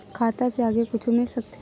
खाता से आगे कुछु मिल सकथे?